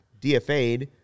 DFA'd